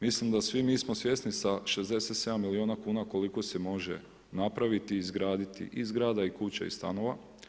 Mislim da svi mi smo svjesni sa 67 milijuna kuna koliko se može napraviti i izgraditi i zgrada i kuća i stanova.